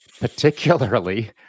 particularly